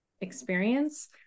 experience